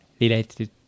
related